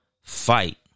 fight